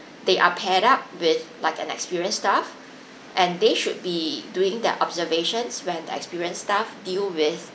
they are paired up with like an experienced staff and they should be doing their observations when the experienced staff deal with